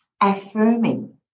affirming